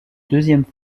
deuxième